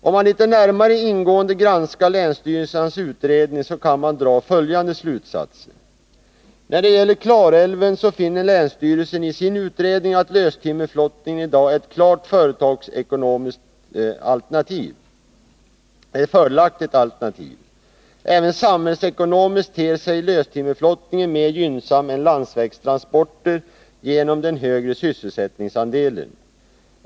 Om man litet mer ingående granskar länsstyrelsernas utredningar, kan man dra följande slutsatser: När det gäller Klarälven finner länsstyrelsen i sin utredning att löstimmerflottningen i dag är ett klart företagsekonomiskt fördelaktigt alternativ. Även samhällsekonomiskt ter sig löstimmerflottningen mer gynnsam än landsvägstransporter, genom der. högre sysselsättningsandelen.